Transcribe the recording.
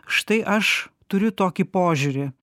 štai aš turiu tokį požiūrį